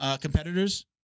competitors